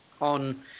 on